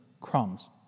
crumbs